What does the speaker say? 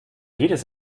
jedes